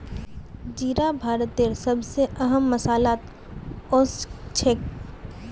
जीरा भारतेर सब स अहम मसालात ओसछेख